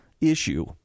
issue